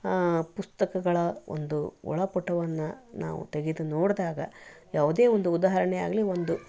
ಪುಸ್ತಕಗಳ ಒಂದು ಒಳ ಪುಟವನ್ನು ನಾವು ತೆಗೆದು ನೋಡಿದಾಗ ಯಾವುದೇ ಒಂದು ಉದಾಹರಣೆ ಆಗಲಿ ಒಂದು